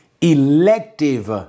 elective